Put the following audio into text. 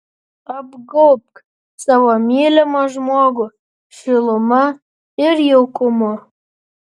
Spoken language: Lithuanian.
apgaubk savo mylimą žmogų šiluma ir jaukumu